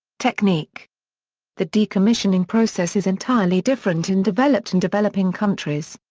technique the decommissioning process is entirely different in developed and developing countries.